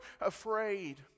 afraid